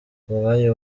ubwabyo